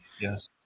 yes